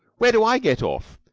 where do i get off?